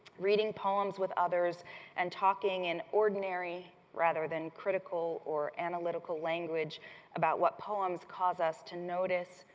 reading poems with others and talking in ordinary rather than critical or analytical language about what poems cause us to notice,